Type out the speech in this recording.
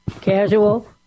Casual